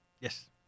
Yes